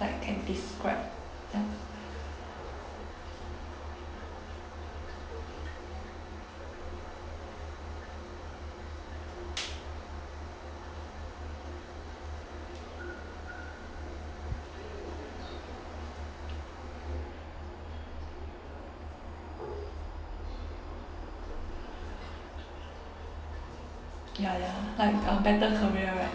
like can describe ya ya like uh better career right